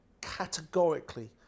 categorically